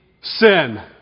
sin